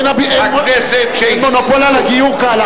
אין מונופול על הגיור כהלכה,